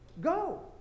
Go